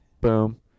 Boom